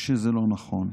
שזה לא נכון.